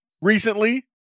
recently